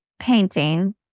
painting